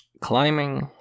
climbing